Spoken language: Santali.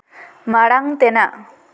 ᱢᱟᱲᱟᱝ ᱛᱮᱱᱟᱜ